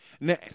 Now